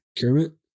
Kermit